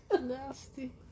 nasty